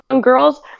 girls